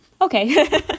okay